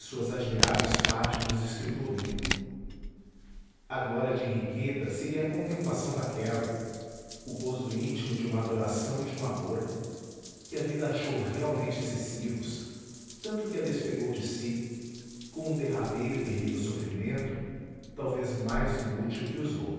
suas admiráveis páginas de escritor único a glória de henriqueta seria a contemplação daquela o gozo íntimo de uma adoração e de um amor que a vida achou realmente excessivos tanto que a despegou de si com um derradeiro e terrível sofrimento talvez mais inútil que os